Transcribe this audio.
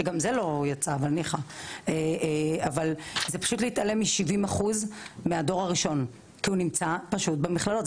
כמוני וזה פשוט להתעלם מכ-70% מהדור הראשון כי הוא נמצא במכללות,